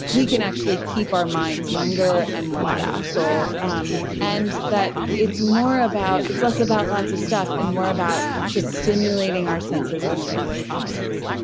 we can actually keep our minds younger and more facile um and that it's more about. it's less about lots of stuff and more about just stimulating our senses on a regular basis